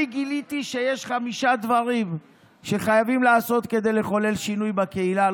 אני גיליתי שיש חמישה דברים שחייבים לעשות כדי לחולל שינוי בקהילה,